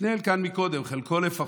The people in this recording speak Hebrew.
שהתנהל כאן קודם, חלקו לפחות,